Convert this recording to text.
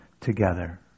together